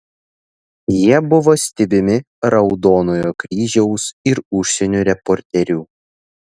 jie buvo stebimi raudonojo kryžiaus ir užsienio reporterių